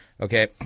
Okay